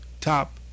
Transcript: top